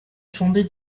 fondait